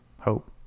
hope